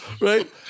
right